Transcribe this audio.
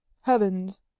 heavens